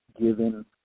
given